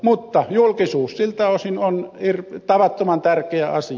mutta julkisuus siltä osin on tavattoman tärkeä asia